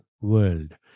world